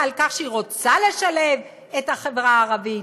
על כך שהיא רוצה לשלב את החברה הערבית,